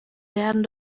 werden